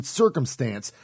circumstance